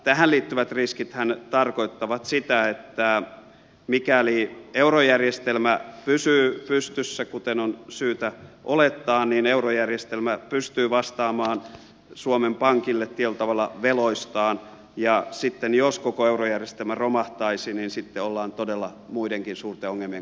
tähän liittyvät riskithän tarkoittavat sitä että mikäli eurojärjestelmä pysyy pystyssä kuten on syytä olettaa niin eurojärjestelmä pystyy vastaamaan suomen pankille tietyllä tavalla veloistaan ja sitten jos koko eurojärjestelmä romahtaisi niin sitten ollaan todella muidenkin suurten ongelmien kanssa tekemisissä